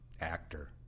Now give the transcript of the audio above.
actor